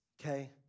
okay